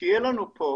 שיהיה לנו פה,